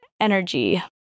energy